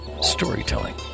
storytelling